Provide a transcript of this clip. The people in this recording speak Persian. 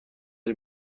این